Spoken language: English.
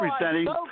representing